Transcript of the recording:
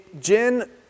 Jin